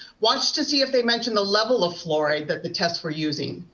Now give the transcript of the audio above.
watch to see if they mention the level of fluoride that the tests were using.